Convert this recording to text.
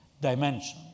dimension